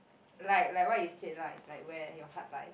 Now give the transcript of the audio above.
like like what you said like lah it's like where your heart lies